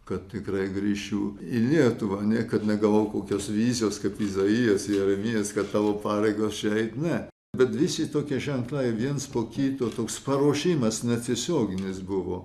kad tikrai grįšiu į lietuvą niekad negavau kokios vizijos kaip izaijas jeremijas kad tavo pareigos čia eit ne bet visi tokie ženklai viens po kito toks paruošimas netiesioginis buvo